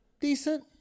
decent